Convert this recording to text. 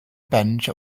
bench